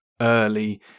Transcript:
early